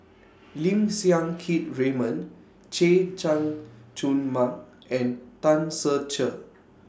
Lim Siang Keat Raymond Chay Jung Jun Mark and Tan Ser Cher